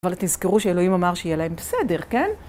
אבל תזכרו שאלוהים אמר שיהיה להם בסדר, כן?